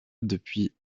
depuis